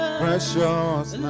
precious